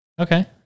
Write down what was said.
Okay